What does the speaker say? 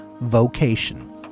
vocation